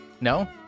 No